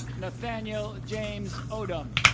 nathaniel james odom